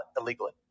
illegally